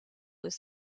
was